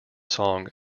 song